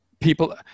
people